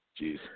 Jeez